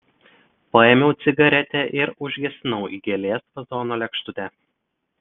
paėmiau cigaretę ir užgesinau į gėlės vazono lėkštutę